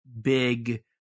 big